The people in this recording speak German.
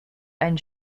einen